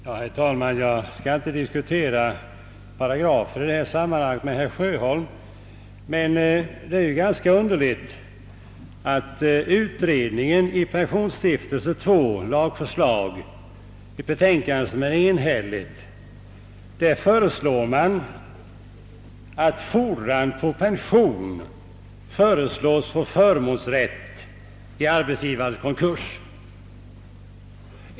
Herr talman! Jag skall inte diskutera paragraferna i detta sammanhang med herr Sjöholm. Men det är ganska underligt att pensionsstiftelseutredningen enhälligt föreslår ätt fordran på pension skall få förmånsrätt i arbetsgivares konkurs.